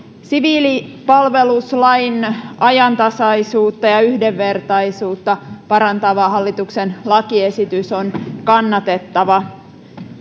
siviilipalveluslain ajantasaisuutta ja yhdenvertaisuutta parantava hallituksen lakiesitys on kannatettava